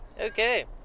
Okay